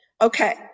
okay